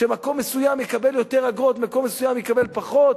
שמקום מסוים יקבל יותר אגרות ומקום מסוים יקבל פחות?